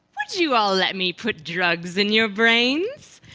would you all let me put drugs in your brains?